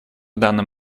данном